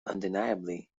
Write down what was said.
undeniably